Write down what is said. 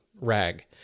rag